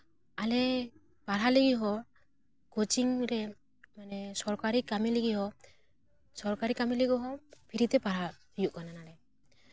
ᱟᱞᱮ ᱯᱟᱲᱦᱟᱣ ᱞᱟᱹᱜᱤᱫ ᱦᱚᱸ ᱠᱳᱪᱤᱝ ᱨᱮ ᱢᱟᱱᱮ ᱥᱚᱨᱠᱟᱨᱤ ᱠᱟᱹᱢᱤ ᱞᱟᱹᱜᱤᱫ ᱦᱚᱸ ᱥᱚᱨᱠᱟᱨᱤ ᱠᱟᱹᱢᱤ ᱞᱟᱹᱜᱤᱫ ᱦᱚᱸ ᱯᱷᱨᱤ ᱛᱮ ᱯᱟᱲᱦᱟᱣ ᱦᱩᱭᱩᱜ ᱠᱟᱱᱟ ᱱᱚᱸᱰᱮ